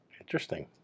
Interesting